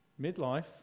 midlife